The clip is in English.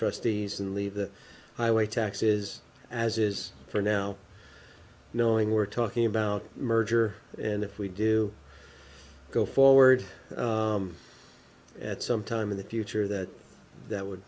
trustees and leave the highway taxes as is for now knowing we're talking about merger and if we do go forward at some time in the future that that would